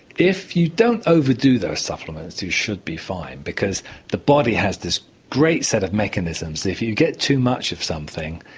if you don't overdo those supplements, you should be fine because the body has this great set of mechanisms. if you get too much of something,